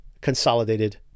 consolidated